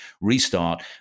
restart